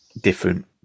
different